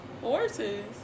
Horses